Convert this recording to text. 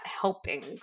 helping